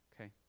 Okay